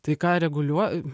tai ką reguliu